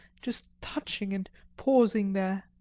just touching and pausing there.